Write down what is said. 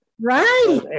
Right